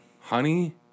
Honey